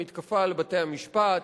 המתקפה על בתי-המשפט,